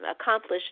accomplished